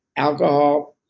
alcohol,